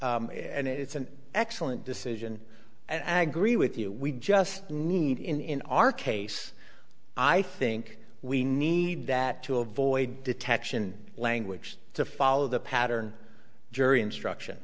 home and it's an excellent decision and agri with you we just need in our case i think we need that to avoid detection language to follow the pattern jury instruction